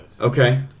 Okay